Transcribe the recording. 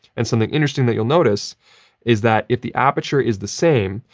and something interesting that you'll notice is that if the aperture is the same,